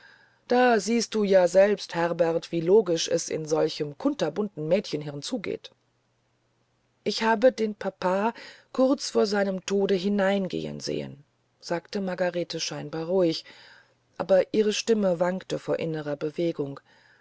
da siehst du ja herbert wie logisch es in solch einem kunterbunten mädchengehirn zugeht ich habe den papa kurz vor seinem tode hineingehen sehen sagte margarete scheinbar ruhig aber ihre stimme wankte vor innerer bewegung